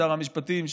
שר המשפטים,